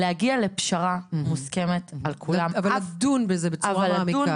להגיע לפשרה מוסכמת על כולם --- אבל לדון בזה בצורה מעמיקה.